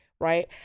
right